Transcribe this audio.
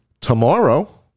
tomorrow